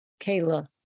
Kayla